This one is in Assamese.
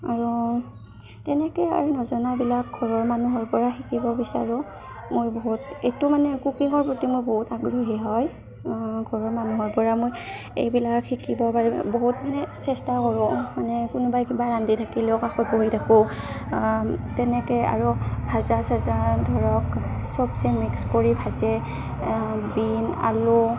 আৰু তেনেকৈ আৰু নজনাবিলাক ঘৰৰ মানুহৰ পৰা শিকিব বিচাৰোঁ মই বহুত এইটো মানে কুকিঙৰ প্ৰতি মোৰ বহুত আগ্ৰহী হয় ঘৰৰ মানুহৰ পৰা মই এইবিলাক শিকিব পাৰি বহুত মানে চেষ্টা কৰোঁ মানে কোনোবাই কিবা ৰান্ধি থাকিলেও কাষত বহি থাকোঁ তেনেকৈ আৰু ভাজা চাজা ধৰক চব্জি মিক্স কৰি ভাজে বিন আলু